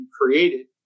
created